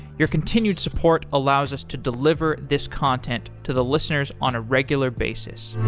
your continued support allows us to deliver this content to the listeners on a regular basis